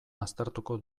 aztertuko